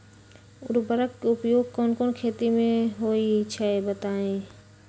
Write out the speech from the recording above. उर्वरक के उपयोग कौन कौन खेती मे होई छई बताई?